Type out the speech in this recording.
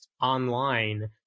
online